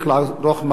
המציאות,